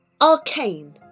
Arcane